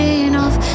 enough